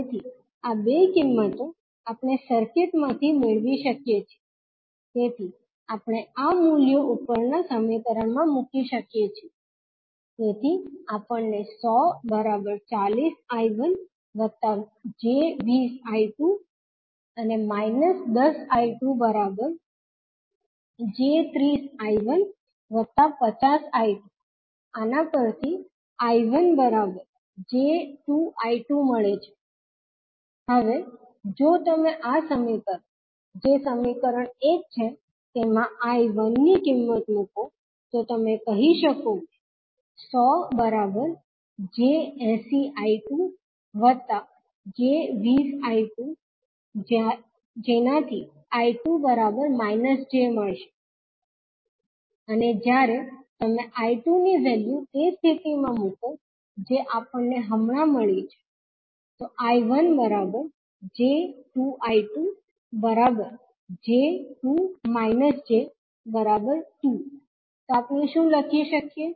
તેથી આ બે કિંમતો આપણે સર્કિટમાંથી મેળવી શકીએ છીએ તેથી આપણે આ મૂલ્યો ઉપરના સમીકરણમાં મૂકી શકીએ છીએ તેથી આપણને 10040I1j20I2 10I2j30I150I2⇒I1j2I2 મેળે છે હવે જો તમે આ સમીકરણ જે સમીકરણ 1 છે તેમાં I1ની કિંમત મૂકો તો તમે કહી શકો કે 100j80I2j20I2⇒I2 j અને જ્યારે તમે 𝐈2 ની વેલ્યુ તે સ્થિતિમાં મૂકો જે આપણને હમણાં મળી છે I1j2I2j2 j2 તો આપણે શું લખી શકીએ